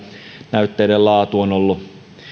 näytteiden laatu on ollut